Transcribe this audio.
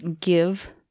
give